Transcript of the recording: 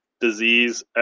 disease